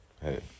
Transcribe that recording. hey